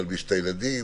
להלביש את הילדים,